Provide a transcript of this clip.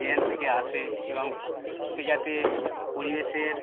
জ্ঞান থেকে আসে এবং সে যাতে পরিবেশের